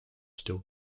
still